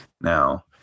now